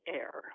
air